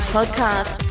Podcast